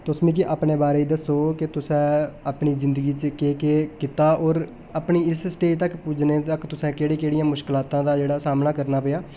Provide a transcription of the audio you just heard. तुस मिगी अपने बारे च दस्सो के तुसें अपनी जिंदगी च केह् केह् कीता होर अपनी इस स्टेज तक पुज्जने तक तुसें केह्ड़ियां केह्ड़ियां मुशकलातां दा जेह्ड़ा सामना करना पेआ